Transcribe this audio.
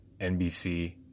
NBC